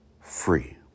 free